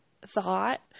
thought